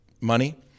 money